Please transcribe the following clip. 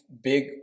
big